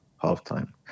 half-time